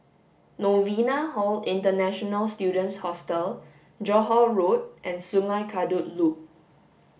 Novena Hall International Students Hostel Johore Road and Sungei Kadut Loop